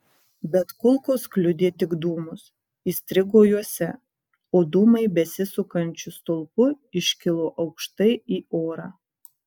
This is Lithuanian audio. bet kulkos kliudė tik dūmus įstrigo juose o dūmai besisukančiu stulpu iškilo aukštai į orą